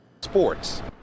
Sports